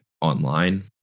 online